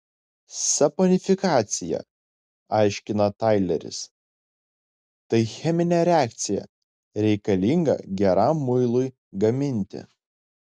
saponifikacija aiškina taileris tai cheminė reakcija reikalinga geram muilui gaminti